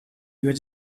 had